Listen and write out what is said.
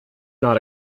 not